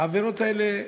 העבירות האלה,